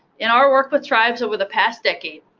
in our work with tribes over the past decade,